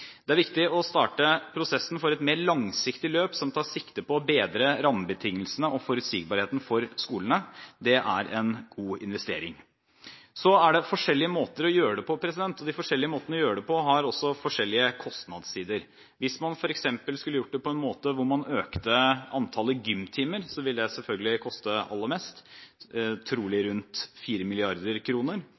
Det er viktig å starte prosessen for et mer langsiktig løp, som tar sikte på å bedre rammebetingelsene og forutsigbarheten for skolene. Det er en god investering. Så er det forskjellige måter å gjøre det på, og de forskjellige måtene å gjøre det på har også forskjellige kostnadssider. Hvis man f.eks. skulle gjøre det ved å øke antallet gymtimer, ville det selvfølgelig koste aller mest, trolig rundt